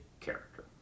character